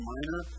Minor